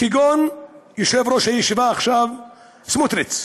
כגון יושב-ראש הישיבה עכשיו סמוטריץ.